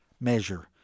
measure